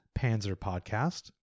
panzerpodcast